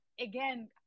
again